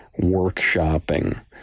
workshopping